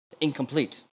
incomplete